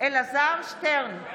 אלעזר שטרן,